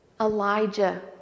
Elijah